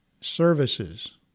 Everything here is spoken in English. services